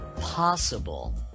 Possible